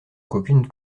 qu’aucune